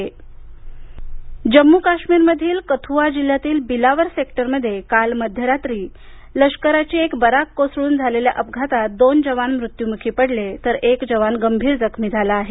जम्म् काश्मीर जम्मू काश्मीरमधील कथुआ जिल्ह्यातील बिलावर सेक्टरमध्ये काल मध्यरात्री लष्कराची एक बराक कोसळून झालेल्या अपघातात दोन जवान मृत्युमुखी पडले तर एक जवान गंभीर जखमी झाला आहे